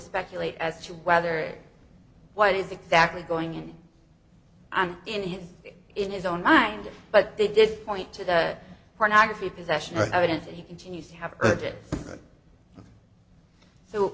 speculate as to whether what is exactly going on in his in his own mind but they did point to that pornography possession of evidence that he continues to have